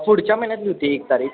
पुढच्या महिन्यातली होती एक तारीख